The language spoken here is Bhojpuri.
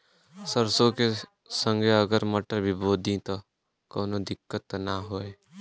सरसो के संगे अगर मटर भी बो दी त कवनो दिक्कत त ना होय?